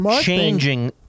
changing